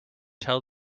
tell